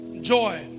joy